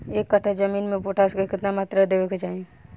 एक कट्ठा जमीन में पोटास के केतना मात्रा देवे के चाही?